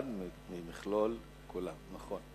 אחד ממכלול כולם, נכון.